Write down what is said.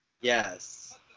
Yes